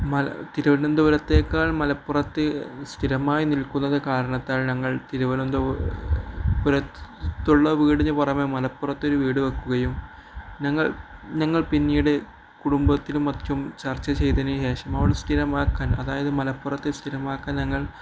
തിരുവനന്തപുരത്തേക്കാൾ മലപ്പുറത്ത് സ്ഥിരമായി നിൽക്കുന്ന കാരണത്താല് ഞങ്ങൾ തിരുവനന്ത പുരത്തുള്ള വീടിന് പുറമെ മലപ്പുറത്തൊരു വീട് വെയ്ക്കുകയും ഞങ്ങൾ ഞങ്ങൾ പിന്നീട് കുടുംബത്തിലും മറ്റും ചർച്ച ചെയ്തതിനുശേഷം അവിടെ സ്ഥിരമാക്കാൻ അതായത് മലപ്പുറത്ത് സ്ഥിരമാക്കാൻ ഞങ്ങൾ